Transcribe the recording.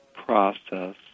process